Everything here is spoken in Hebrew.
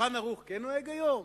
ה"שולחן ערוך", כן נוהג היום?